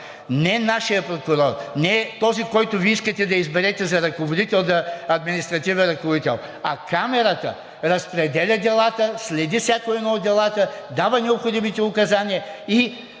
Не нашият прокурор, не този, който Вие искате да изберете за ръководител, административен ръководител, а камарата разпределя делата, следи всяко едно от делата, дава необходимите указания и